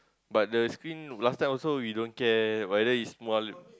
but the screen last time also we don't care whether is small